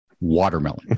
Watermelon